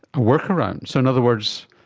a workaround? so, in other words,